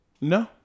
no